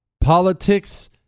Politics